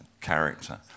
character